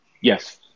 Yes